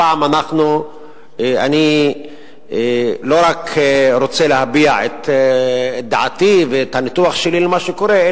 הפעם אני רוצה לא רק להביע את דעתי ואת הניתוח שלי למה שקורה,